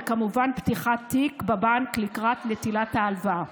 וכמובן פתיחת תיק בבנק לקראת נטילת ההלוואה.